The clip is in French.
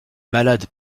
malades